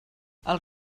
els